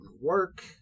work